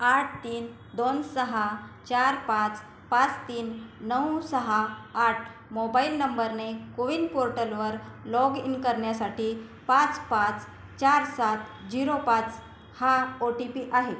आठ तीन दोन सहा चार पाच पाच तीन नऊ सहा आठ मोबाईल नंबरने कोविन पोर्टलवर लॉग इन करण्यासाठी पाच पाच चार सात झिरो पाच हा ओ टी पी आहे